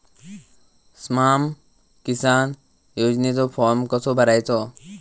स्माम किसान योजनेचो फॉर्म कसो भरायचो?